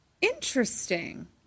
Interesting